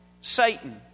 Satan